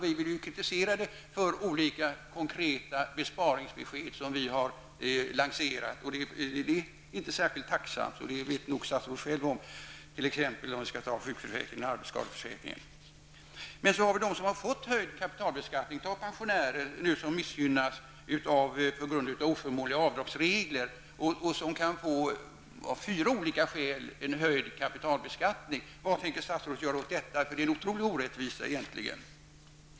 Vi blir kritiserade för olika konkreta besparingsförslag som vi har lanserat. Det är inte särskilt tacksamt, och det vet nog statsrådet självt när det gäller t.ex. sjukförsäkringen eller arbetsskadeförsäkringen. Det finns de som har fått höjd kapitalbeskattning, t.ex. pensionärer som missgynnas på grund av oförmånliga avdragsregler. De kan av fyra olika skäl få en höjd kapitalbeskattning. Vad tänker statsrådet göra åt detta? Det är egentligen en otrolig orättvisa.